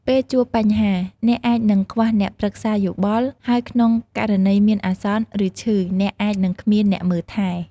ពេលជួបបញ្ហា អ្នកអាចនឹងខ្វះអ្នកប្រឹក្សាយោបល់ ហើយក្នុងករណីមានអាសន្ន ឬឈឺ អ្នកអាចនឹងគ្មានអ្នកមើលថែ។